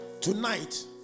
Tonight